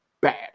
bad